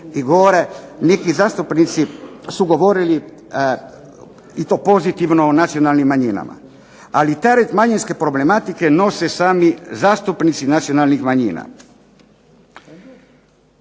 i govore, neki zastupnici su govorili i to pozitivno o nacionalnim manjinama, ali teret manjinske problematike nose sami zastupnici nacionalnih manjina.